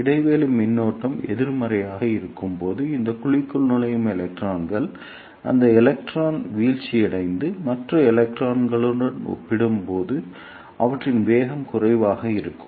இடைவெளி மின்னழுத்தம் எதிர்மறையாக இருக்கும்போது இந்த குழிக்குள் நுழையும் எலக்ட்ரான்கள் அந்த எலக்ட்ரான்கள் வீழ்ச்சியடைந்து மற்ற எலக்ட்ரான்களுடன் ஒப்பிடும்போது அவற்றின் வேகம் குறைவாக இருக்கும்